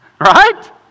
Right